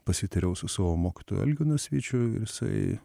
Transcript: pasitariau su savo mokytoju algiu nasvyčiu ir jisai